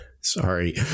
Sorry